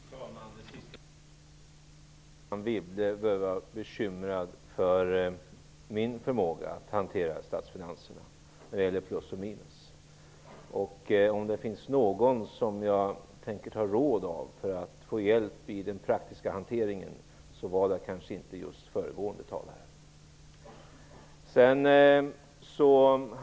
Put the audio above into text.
Fru talman! Det sista Anne Wibble behöver vara bekymrad för är min förmåga att hantera statsfinanserna när det gäller plus och minus. Om det finns någon som jag tänker ta råd av för att få hjälp med den praktiska hanteringen är det kanske inte just föregående talare.